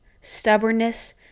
stubbornness